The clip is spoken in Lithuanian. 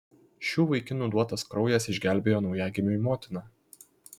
šių vaikinų duotas kraujas išgelbėjo naujagimiui motiną